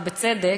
ובצדק,